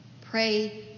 Pray